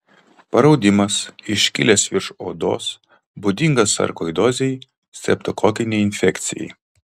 paraudimas iškilęs virš odos būdingas sarkoidozei streptokokinei infekcijai